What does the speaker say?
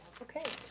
okay.